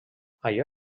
allò